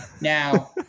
Now